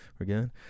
again